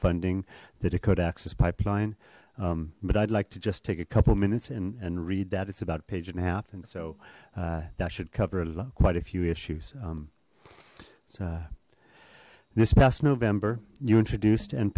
funding that it could access pipeline but i'd like to just take a couple minutes and and read that it's about page and a half and so that should cover quite a few issues so this past november you introduced and